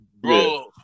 bro